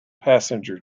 passenger